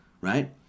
right